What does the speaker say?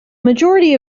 majority